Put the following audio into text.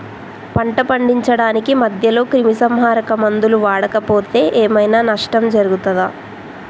పంట పండించడానికి మధ్యలో క్రిమిసంహరక మందులు వాడకపోతే ఏం ఐనా నష్టం జరుగుతదా?